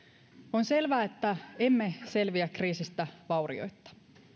on selvää ettemme selviä kriisistä vaurioitta